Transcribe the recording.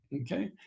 Okay